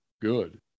good